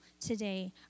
today